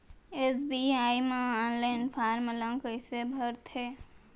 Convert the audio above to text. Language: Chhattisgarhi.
एस.बी.आई म ऑनलाइन फॉर्म ल कइसे भरथे?